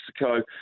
Mexico